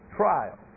trial